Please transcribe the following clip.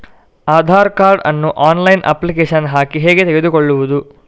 Aadhaar card ನ್ನು online application ಹಾಕಿ ಹೇಗೆ ತೆಗೆದುಕೊಳ್ಳುವುದು?